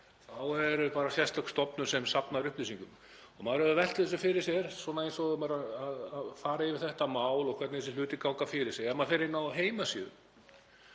þá er bara sérstök stofnun sem safnar upplýsingum. Maður hefur velt þessu fyrir sér, maður er að fara yfir þetta mál og hvernig þessir hlutir ganga fyrir sig. Ef maður fer inn á heimasíðu